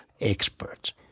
experts